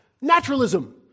naturalism